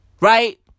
Right